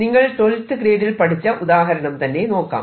നിങ്ങൾ 12th ഗ്രേഡിൽ പഠിച്ച ഉദാഹരണം തന്നെ നോക്കാം